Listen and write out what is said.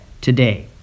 today